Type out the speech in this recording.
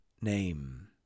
name